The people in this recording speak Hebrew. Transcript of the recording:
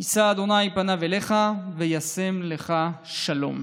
ישא ה' פניו אליך וישם לך שלום".